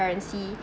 transparency